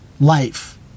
life